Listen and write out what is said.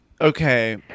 Okay